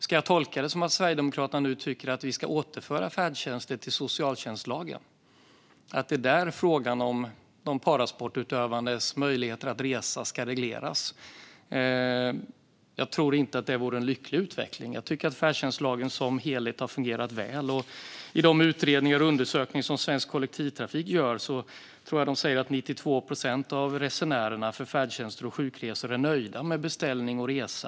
Ska jag tolka detta som att Sverigedemokraterna nu tycker att vi ska återföra färdtjänsten till socialtjänstlagen? Är det där frågan om de parasportutövandes möjligheter att resa ska regleras? Jag tror inte att det vore en lycklig utveckling. Färdtjänstlagen som helhet har fungerat väl. I de utredningar och undersökningar som Svensk Kollektivtrafik gör säger 92 procent av resenärer med färdtjänst och sjukresor att de är nöjda med beställning och resa.